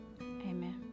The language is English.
amen